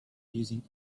using